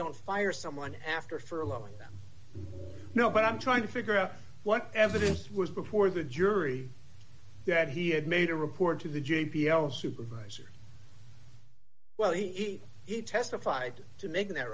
don't fire someone after for a lot no but i'm trying to figure out what evidence was before the jury that he had made a report to the j p l supervisor well he he testified to make that